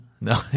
No